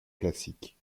classique